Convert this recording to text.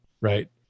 right